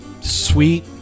sweet